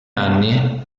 anni